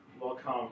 welcome